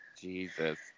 Jesus